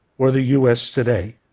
or the us today.